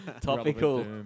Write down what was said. topical